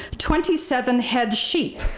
twenty seven head sheep,